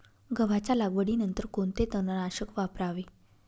गव्हाच्या लागवडीनंतर कोणते तणनाशक वापरावे?